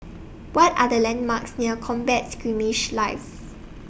What Are The landmarks near Combat Skirmish Live